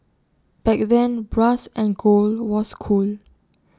back then brass and gold was cool